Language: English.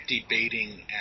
debating